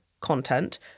content